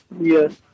Yes